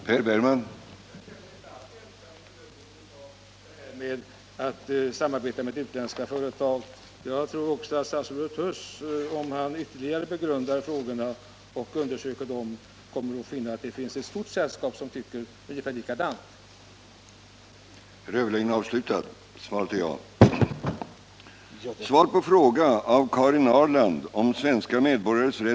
Herr talman! Jag känner mig inte alls ensam i bedömningen av ett eventuellt samarbete med utländska företag. Jag tror också att statsrådet Huss, om han ytterligare begrundar frågorna och undersöker dem, kommer att finna att det finns ett stort sällskap som tycker ungefär likadant.